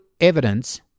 evidence